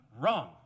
wrong